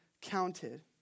counted